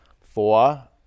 four